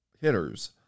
hitters